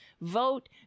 vote